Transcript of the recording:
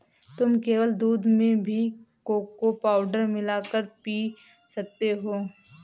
तुम केवल दूध में भी कोको पाउडर मिला कर पी सकते हो